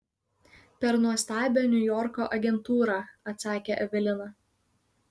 per nuostabią niujorko agentūrą atsakė evelina